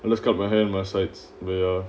and that's kind of a hand must sites where